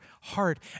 heart